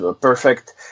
perfect